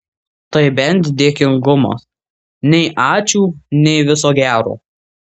tai bent dėkingumas nei ačiū nei viso gero